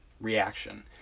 reaction